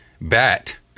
Bat